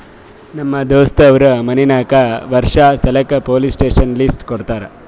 ನಮ್ ದೋಸ್ತ್ ಅವ್ರ ಮನಿ ನಾಕ್ ವರ್ಷ ಸಲ್ಯಾಕ್ ಪೊಲೀಸ್ ಸ್ಟೇಷನ್ಗ್ ಲೀಸ್ ಕೊಟ್ಟಾರ